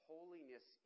Holiness